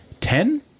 ten